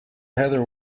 heather